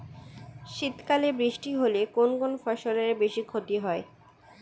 শীত কালে বৃষ্টি হলে কোন কোন ফসলের বেশি ক্ষতি হয়?